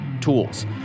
tools